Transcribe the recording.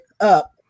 up